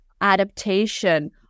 adaptation